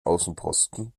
außenposten